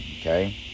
Okay